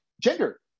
Gender